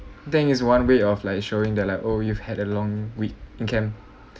that is one way of like showing that like oh you've had a long week in camp